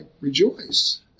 rejoice